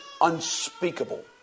unspeakable